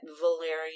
valerian